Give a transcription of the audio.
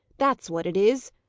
that's what it is.